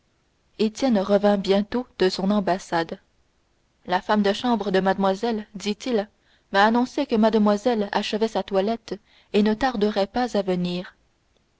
étienne revint bientôt de son ambassade la femme de chambre de mademoiselle dit-il m'a annoncé que mademoiselle achevait sa toilette et ne tarderait pas à venir